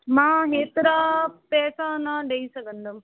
मां हेतिरा पैसा न ॾेई सघंदमि